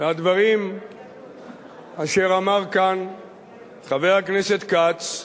הדברים אשר אמר כאן חבר הכנסת כץ,